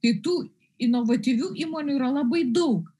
tai tų inovatyvių įmonių yra labai daug